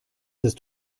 ist